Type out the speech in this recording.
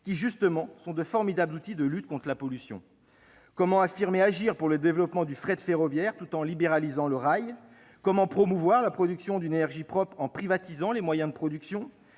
sont justement de formidables outils de lutte contre la pollution ? Comment affirmer agir pour le développement du fret ferroviaire tout en libéralisant le rail ? Comment promouvoir la production d'une énergie propre en privatisant les moyens de production ?